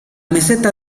meseta